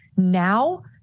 Now